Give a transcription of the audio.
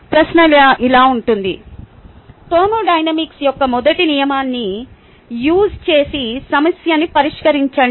ప్రశ్న ఇలా ఉంటుంది థర్మోడైనమిక్స్ యొక్క మొదటి నియమాన్ని యూస్ చేసి సమస్యను పరిష్కరించండి